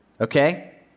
okay